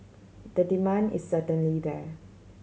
the demand is certainly there